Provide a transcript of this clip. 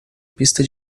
pista